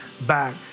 back